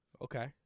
okay